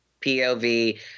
POV